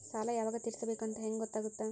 ಸಾಲ ಯಾವಾಗ ತೇರಿಸಬೇಕು ಅಂತ ಹೆಂಗ್ ಗೊತ್ತಾಗುತ್ತಾ?